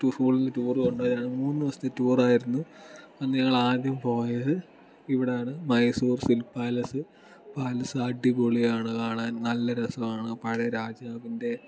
സ്കൂളിൽ നിന്ന് ടൂർ കൊണ്ട് പോയതാണ് മൂന്ന് ദിവസത്തെ ടൂറായിരുന്നു അന്ന് ഞങ്ങൾ ആദ്യം പോയത് ഇവിടെയാണ് മൈസൂർ സിൽക്ക് പാലസ് പാലസ് അടിപൊളിയാണ് കാണാൻ നല്ല രസമാണ് പഴയ രാജാവിൻ്റെ